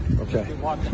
Okay